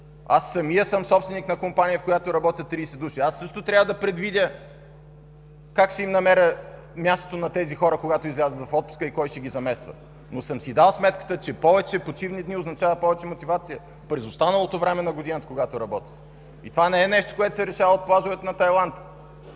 Аз самият съм собственик на компания, в която работят 30 души. Аз също трябва да предвидя как ще им намеря мястото на тези хора, когато излязат в отпуска и кой ще ги замества. Но съм си дал сметката, че повече почивни дни означава повече мотивация през останалото време на годината, когато работят. И това не е нещо, което се решава от плажовете на Тайланд,